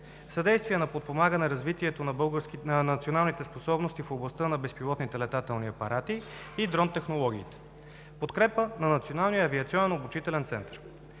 съдействие за подпомагане развитието на националните способности в областта на безпилотните летателни апарати (БЛА) и Дрон технологиите; - подкрепа на Националния авиационен обучителен център.